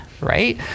right